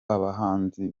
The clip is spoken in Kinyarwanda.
abahanzi